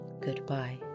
goodbye